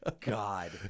God